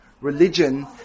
religion